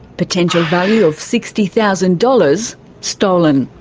potential value of sixty thousand dollars stolen.